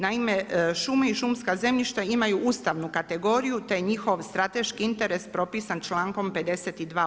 Naime, šume i šumska zemljišta imaju ustavnu kategoriju, te je njihov strateški interes propisan člankom 52.